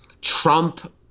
Trump